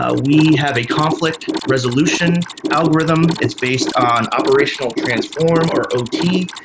ah we have a conflict resolution algorithm. it's based on operational transform or ot.